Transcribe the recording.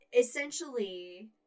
essentially